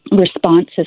responses